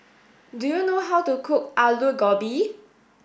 do you know how to cook Aloo Gobi